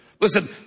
Listen